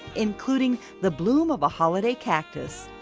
including the bloom of a holiday cactus.